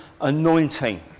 anointing